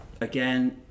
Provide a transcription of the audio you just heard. again